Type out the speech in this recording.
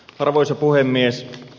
arvoisa puhemies